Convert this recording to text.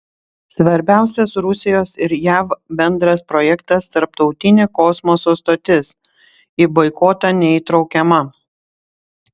svarbiausias rusijos ir jav bendras projektas tarptautinė kosmoso stotis į boikotą neįtraukiama